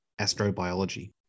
astrobiology